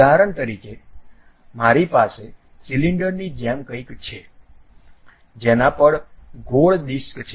ઉદાહરણ તરીકે મારી પાસે સિલિન્ડરની જેમ કંઈક છે જેના પર ગોળ ડિસ્ક છે